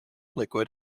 liquid